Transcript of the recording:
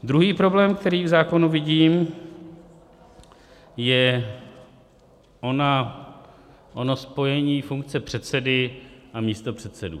Druhý problém, který v zákonu vidím, je ono spojení funkce předsedy a místopředsedů.